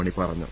മണി പറഞ്ഞു